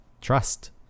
trust